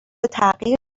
تغییر